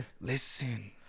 Listen